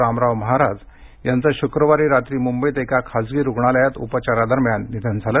रामराव महाराज यांचं शुक्रवारी रात्री मुंबईत एका खासगी रुग्णालयात उपचारा दरम्यान निधन झालं